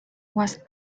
was